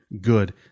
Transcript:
good